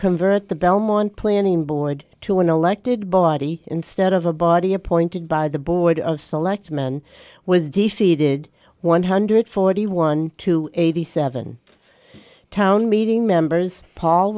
convert the belmont planning board to an elected body instead of a body appointed by the board of selectmen was defeated one hundred forty one to eighty seven town meeting members paul